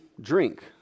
drink